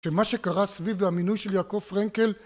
שמה שקרה סביב המינוי של יעקב פרנקל